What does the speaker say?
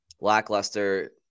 lackluster